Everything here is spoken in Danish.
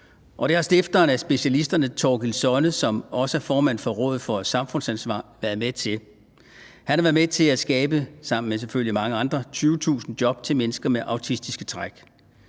det har stifteren af Specialisterne, Thorkil Sonne, som også er formand for Rådet for Samfundsansvar, været med til. Han har været med til, sammen med mange andre selvfølgelig, at skabe 20.000 job til mennesker med autistiske træk.